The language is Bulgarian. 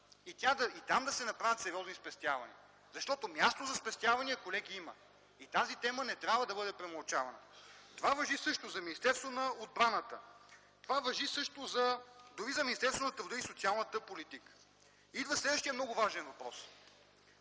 и там да се направят сериозни спестявания. Колеги, място за спестявания има и тази тема не трябва да бъде премълчавана! Това важи също за Министерството на отбраната, дори и за Министерството на труда и социалната политика. Идва следващият много важен въпрос: